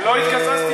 לא התקזזתי.